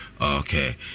okay